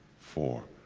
four,